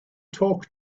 talk